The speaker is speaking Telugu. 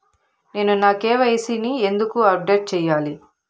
నేను నా కె.వై.సి ని ఎందుకు అప్డేట్ చెయ్యాలి?